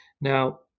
Now